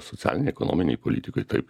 socialinėj ekonominėj politikoj taip